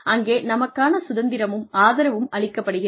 அங்கே நமக்கான சுதந்திரமும் ஆதரவும் அளிக்கப்படுகிறது